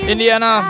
Indiana